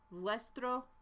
vuestro